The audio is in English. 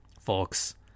folks